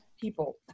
people